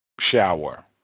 Shower